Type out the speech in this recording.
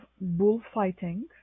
bullfighting